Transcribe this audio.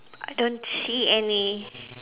I don't see any